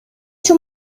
too